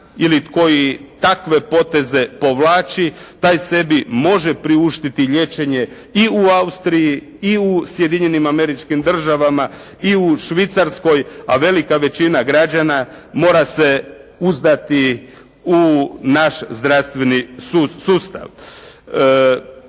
ili koji takve poteze povlači taj sebi može priuštiti liječenje i u Austriji i u Sjedinjenim Američkim Državama i u Švicarskoj, a velika većina građana mora se uzdati u naš zdravstveni sustav.